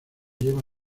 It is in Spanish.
lleva